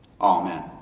Amen